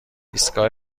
ایستگاه